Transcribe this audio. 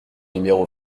numéro